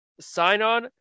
sign-on